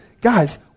guys